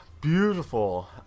beautiful